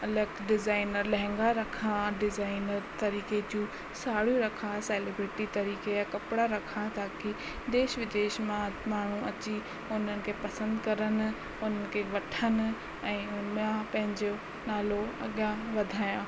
अलॻि डिज़ाइनर लहंगा रखा डिज़ाइनर तरीक़े जूं साड़ियूं रखा सैलिब्रिटी तरीक़े जा कपिड़ा रखा ताकी देश विदेश मां माण्हू अची उन्हनि खे पसंदि करण और उनखे वठण ऐं उनजा पंहिंजो नालो अॻियां वधाया